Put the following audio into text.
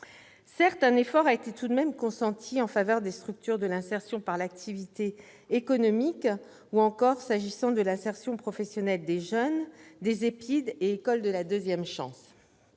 Certes, un effort est tout de même consenti en faveur des structures de l'insertion par l'activité économique, ou encore, s'agissant de l'insertion professionnelle des jeunes, des établissements